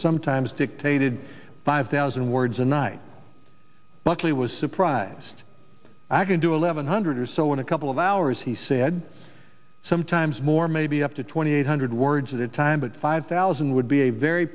sometimes dictated by of thousand words a night buckley was surprised i could do eleven hundred or so in a couple of hours he said sometimes more maybe up to twenty eight hundred words at a time but five thousand would be a very